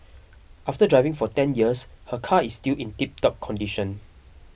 after driving for ten years her car is still in tiptop condition